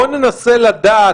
בואו ננסה לדעת.